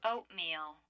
Oatmeal